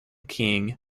king